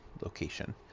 location